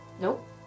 Nope